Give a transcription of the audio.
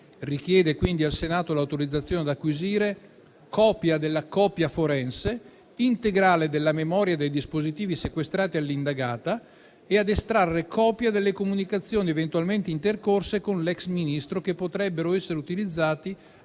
Richiede quindi al Senato l'autorizzazione ad acquisire copia della copia forense integrale della memoria dei dispositivi sequestrati all'indagata e ad estrarre copia delle comunicazioni eventualmente intercorse con l'ex Ministro, che potrebbero essere utilizzate